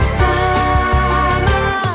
summer